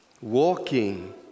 Walking